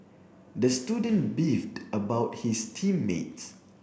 the student beefed about his team mates